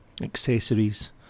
accessories